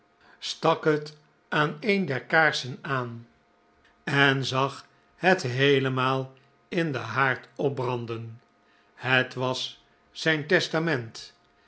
het aan een der kaarsen aan en zag het heelemaal in den haard opbranden het was zijn testament